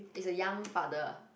is a young father